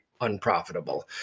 unprofitable